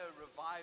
revival